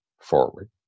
forward